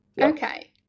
Okay